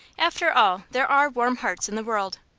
after all, there are warm hearts in the world.